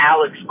Alex